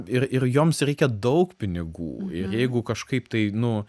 ir ir joms reikia daug pinigų ir jeigu kažkaip tai nu